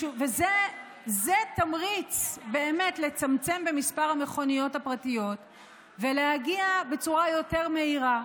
זה תמריץ באמת לצמצם את מספר המכוניות הפרטיות ולהגיע בצורה יותר מהירה,